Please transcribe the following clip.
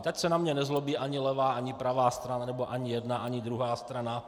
Ať se na mě nezlobí ani levá, ani pravá strana, nebo ani jedna, ani druhá strana.